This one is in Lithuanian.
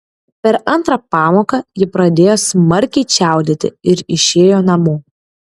per antrą pamoką ji pradėjo smarkiai čiaudėti ir išėjo namo